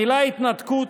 המילה "התנתקות"